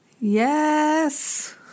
Yes